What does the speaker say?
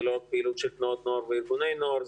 זה לא רק פעילות של תנועות נוער וארגוני נוער,